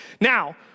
Now